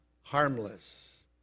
harmless